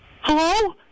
hello